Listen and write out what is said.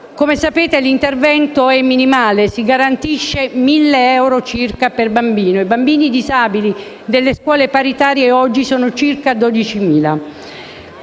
Come sapete, l'intervento è minimale: si garantiscono mille euro circa per bambino. I bambini disabili delle scuole paritarie oggi sono circa 12.000.